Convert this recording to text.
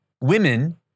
women